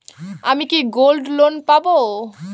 আমি কি gold loan পাবো?